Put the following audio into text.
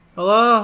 Hello